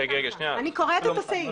אני קוראת את הסעיף,